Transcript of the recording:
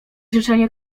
życzenie